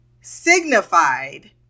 signified